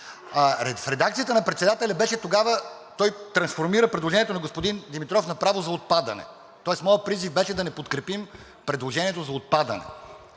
В редакцията на председателя тогава – той трансформира предложението на господин Димитров направо за отпадане, тоест моят призив беше да не подкрепим предложението за отпадане